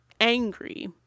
angry